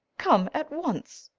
come at once.